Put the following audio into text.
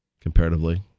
comparatively